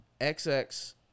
XX